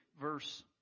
verse